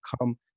come